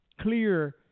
clear